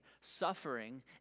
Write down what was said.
suffering